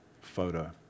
photo